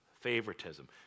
favoritism